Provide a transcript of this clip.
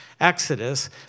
Exodus